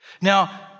Now